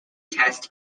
test